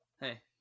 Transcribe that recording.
Hey